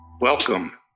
Welcome